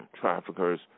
traffickers